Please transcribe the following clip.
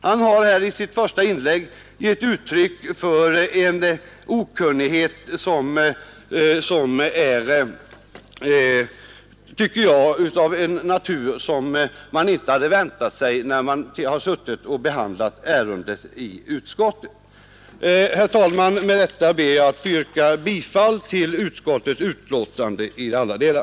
Han har här i sitt första inlägg gett uttryck åt en okunnighet, som är av en natur som man inte hade väntat sig av någon som ändå har suttit med och behandlat ärendet i utskottet. Herr talman! Med detta ber jag att få yrka bifall till utskottets hemställan i alla delar.